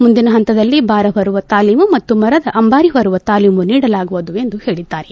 ಮುಂದಿನ ಹಂತದಲ್ಲಿ ಬಾರ ಹೊರುವ ತಾಲೀಮು ಮತ್ತು ಮರದ ಅಂಭಾರಿ ಹೊರುವ ತಾಲೀಮು ನೀಡಲಾಗುವುದು ಎಂದು ಹೇಳಿದ್ದಾರೆ